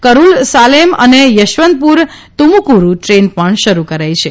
કરૂર સાલેમ અને યશવંતપુર તુમકુર દ્રેન પણ શરૂ થઇ છે